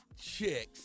chicks